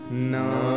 No